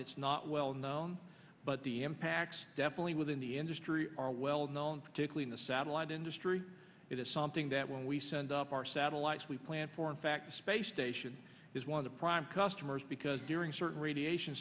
it's not well known but the impacts definitely within the industry are well known to clean the satellite industry it is something that when we send up our satellites we plan for in fact the space station is one of the prime customers because during certain radiation